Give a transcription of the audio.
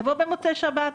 נבוא במוצאי שבת,